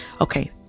Okay